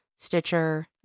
stitcher